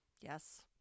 yes